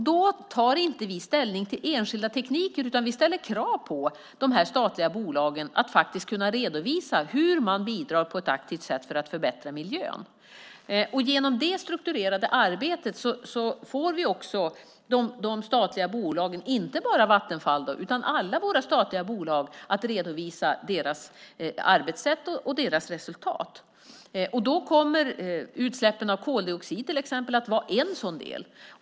Då tar vi inte ställning till enskilda tekniker, utan vi ställer krav på dessa statliga bolag att de faktiskt ska kunna redovisa hur de på ett aktivt sätt bidrar för att förbättra miljön. Genom det strukturerade arbetet får vi också de statliga bolagen, inte bara Vattenfall utan alla våra statliga bolag, att redovisa sina arbetssätt och sina resultat. Då kommer utsläppen av till exempel koldioxid att vara en sådan del.